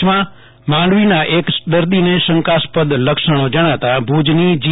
કચ્છમાં માંડવીના એક દર્દીને શંકાસ્પદ લક્ષણો જણાતા ભુજની જી